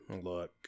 look